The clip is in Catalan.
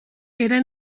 era